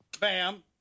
Bam